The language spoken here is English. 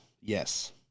Yes